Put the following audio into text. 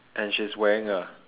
and she's wearing a